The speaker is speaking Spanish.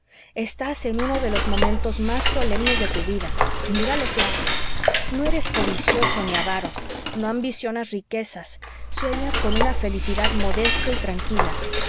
estás en uno de los momentos más solemnes de tu vida mira lo que haces no eres codicioso ni avaro no ambicionas riquezas sueñas con una felicidad modesta y tranquila